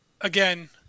again